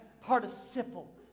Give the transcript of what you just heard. participle